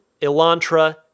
Elantra